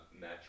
Match